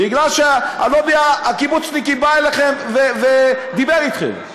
כי הלובי הקיבוצניקי בא אליכם ודיבר אתכם.